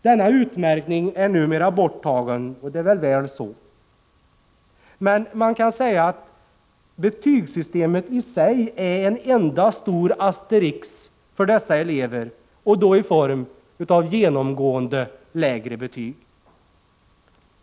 Denna utmärkning är numera borttagen, och det är bra. Man kan emellertid säga att betygssystemet i sig är en enda stor asterisk för dessa elever och då i form av genomgående lägre betyg.